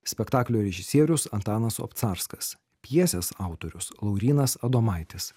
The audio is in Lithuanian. spektaklio režisierius antanas obcarskas pjesės autorius laurynas adomaitis